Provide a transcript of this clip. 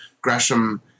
Gresham